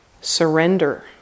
surrender